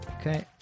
Okay